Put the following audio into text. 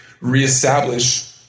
reestablish